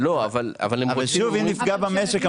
אבל שוב, אם נפגע במשק.